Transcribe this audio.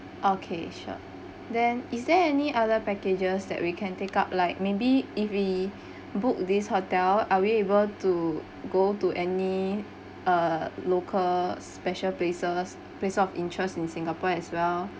okay sure then is there any other packages that we can take up like maybe if we book this hotel are we able to go to any uh local special places places of interest in singapore as well